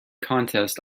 contests